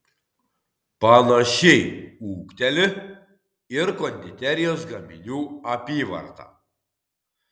panašiai ūgteli ir konditerijos gaminių apyvarta